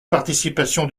participation